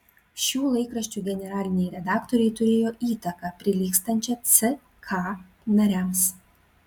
šių laikraščių generaliniai redaktoriai turėjo įtaką prilygstančią ck nariams